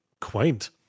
Quaint